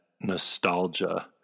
nostalgia